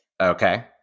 Okay